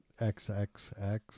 XXX